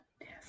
yes